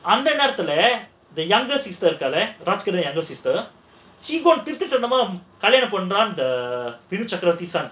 அந்த நேரத்துல:andha nerathula the younger sister இருக்காள:iruklaala younger sister she திருட்டுத்தனமா கல்யாணம் பண்ணலான்னு Vinuchakravarthy kalyanam pannalanu vinuchakaravarthi son